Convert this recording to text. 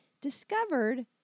discovered